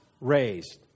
raised